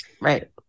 right